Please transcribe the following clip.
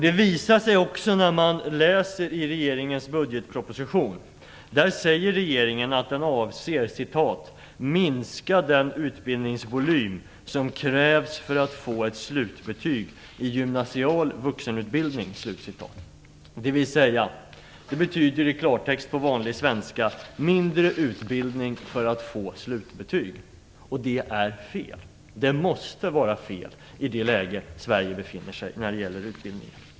Det visar sig också när man läser i regeringens budgetproposition. Där säger regeringen att den avser "minska den utbildningsvolym som krävs för att få ett slutbetyg i gymnasial vuxenutbildning". Det betyder i klartext att det krävs mindre utbildning för att få ett slutbetyg. Det är fel. Det måste vara fel i det läge som Sverige befinner sig i när det gäller utbildning.